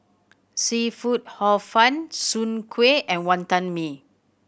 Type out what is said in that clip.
seafood Hor Fun Soon Kueh and Wantan Mee